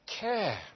care